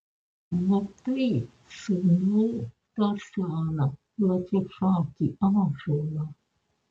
matai sūnau tą seną plačiašakį ąžuolą